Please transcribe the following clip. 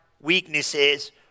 weaknesses